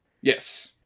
Yes